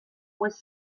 was